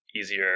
easier